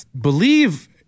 believe